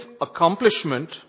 accomplishment